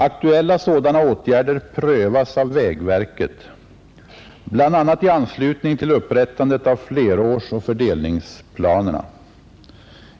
Aktuella sådana åtgärder prövas av vägverket bl.a. i anslutning till upprättandet av flerårsoch fördelningsplanerna.